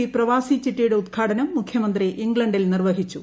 E പ്രവാസി ചിട്ടിയുടെ ഉദ്ഘാടനം മുഖ്യമന്ത്രി ഇംഗ്ലണ്ടിൽ നിർവഹിച്ചു